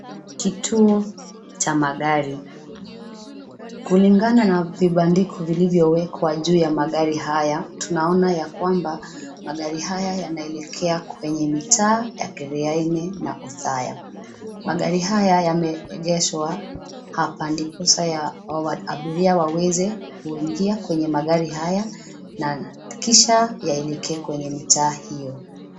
Kituo cha magari. Kulingana na vibandiko vilivyowekwa juu ya magari haya, tunaona ya kwamba magari haya yanaelekea kwenye mitaa ya Kiriani na Othaya. Magari haya yameegeshwa hapa ndiposa abiria waweze kuingia kwenye magari haya na kisha yaeleke kwenye mitaa hio.